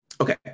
okay